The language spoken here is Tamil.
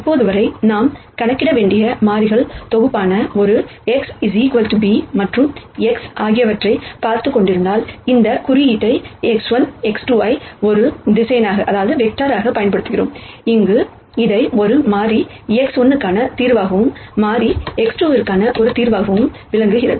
இப்போது வரை நாம் கணக்கிட வேண்டிய மாறிகள் தொகுப்பாக ஒரு X b மற்றும் X ஆகியவற்றைப் பார்த்துக் கொண்டிருந்தால் இந்த குறியீட்டை x1 x2 ஐ ஒரு வெக்டர் பயன்படுத்துகிறோம் அங்கு இதை ஒரு மாறி x1 க்கான தீர்வாகவும் மாறி x2 க்கு ஒரு தீர்வாகவும் விளக்குகிறோம்